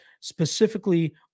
specifically